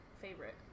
favorite